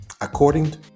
According